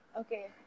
Okay